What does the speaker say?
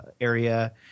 area